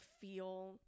feel